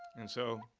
and so